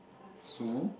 sue